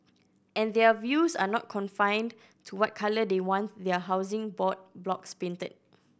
and their views are not confined to what colour they want their Housing Board blocks painted